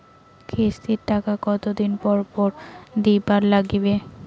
কিস্তির টাকা কতোদিন পর পর দিবার নাগিবে?